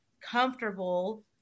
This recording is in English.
comfortable